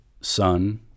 son